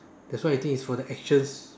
that's why I think it's for the actions